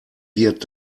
wird